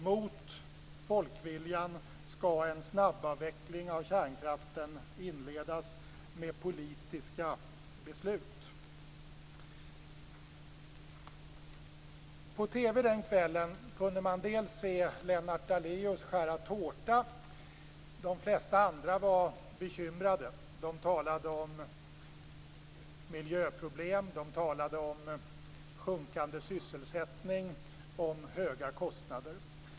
Mot folkviljan skall en snabbavveckling av kärnkraften inledas med politiska beslut. På TV kunde man den kvällen se Lennart Daléus skära tårta. De flesta andra var bekymrade och talade om miljöproblem, om sjunkande sysselsättning och om höga kostnader.